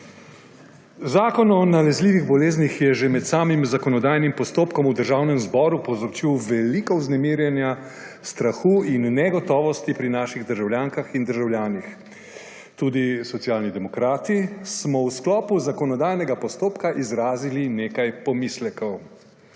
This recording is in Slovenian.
Zakon o nalezljivih boleznih je že med samim zakonodajnim postopkom v Državnem zboru povzročil veliko vznemirjenja, strahu in negotovosti pri naših državljankah in državljanih. Tudi Socialni demokrati smo v sklopu zakonodajnega postopka izrazili nekaj pomislekov.